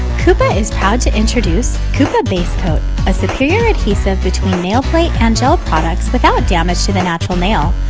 kupa is proud to introduce kupa basecoat, a superior adhesive between nail plate and gel products without damage to the natural nail.